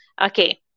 Okay